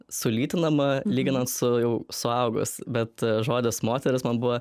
sulytinama lyginant su jau suaugus bet žodis moteris man buvo